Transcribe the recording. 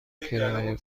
کرایه